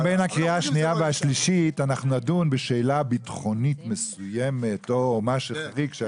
בין הקריאה השנייה והשלישית נדון בשאלה ביטחונית מסוימת או חריג,